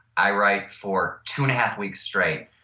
i write for two and a half weeks straight,